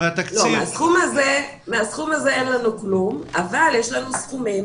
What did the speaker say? מהסכום הזה אין לנו כלום אבל יש לנו סכומים